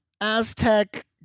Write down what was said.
Aztec